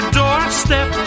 doorstep